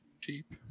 Cheap